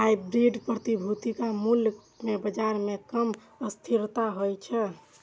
hybrid प्रतिभूतिक मूल्य मे बाजार मे कम अस्थिरता होइ छै